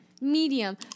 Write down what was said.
Medium